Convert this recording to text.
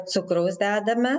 cukraus dedame